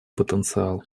потенциал